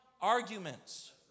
arguments